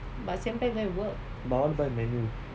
but I want buy manual